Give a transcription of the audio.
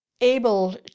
able